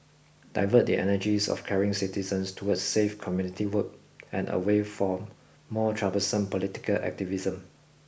divert the energies of caring citizens towards safe community work and away from more troublesome political activism